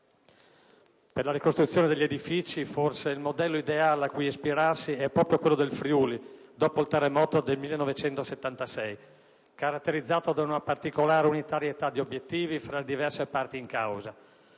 Per la ricostruzione degli edifici il modello ideale cui ispirarsi è forse proprio quello del Friuli, dopo il terremoto del 1976, caratterizzato da una particolare unitarietà di obiettivi fra le diverse parti in causa.